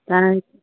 তাৰ